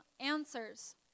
answers